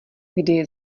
kdy